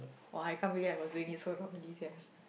!wah! I can't believe I was doing it so wrongly sia